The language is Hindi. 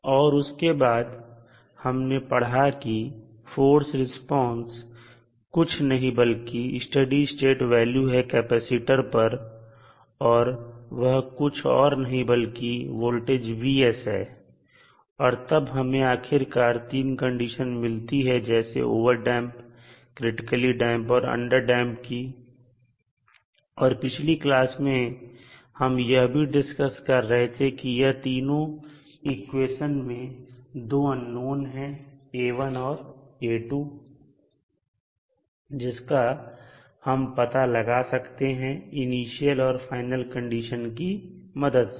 और उसके बाद हमने पढ़ा कि फोर्स रिस्पांस कुछ नहीं बल्कि स्टडी स्टेट वैल्यू है कैपेसिटर पर और वह कुछ और नहीं बल्कि वोल्टेज Vs है और तब हमें आखिरकार 3 कंडीशन मिलती हैं जैसे ओवर डैंप क्रिटिकली डैंप और अंडर डैंप की और पिछली क्लास में हम यह भी डिस्कस कर रहे थे कि यह तीनों इक्वेशंस में दो अननोन है A1 और A2 जिसका हम पता लगा सकते हैं इनिशियल और फाइनल कंडीशन की मदद से